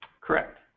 Correct